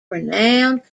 renowned